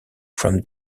from